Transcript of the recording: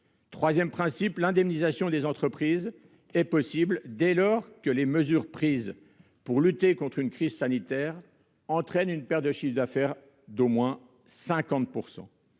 Troisièmement, l'indemnisation des entreprises est possible dès lors que les mesures prises pour lutter contre une crise sanitaire entraînent des pertes de chiffre d'affaires d'au moins 50 %.